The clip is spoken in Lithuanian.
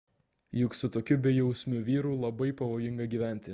juk su tokiu bejausmiu vyru labai pavojinga gyventi